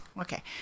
okay